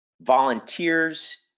volunteers